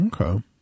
Okay